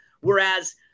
whereas